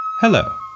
Hello